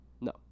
No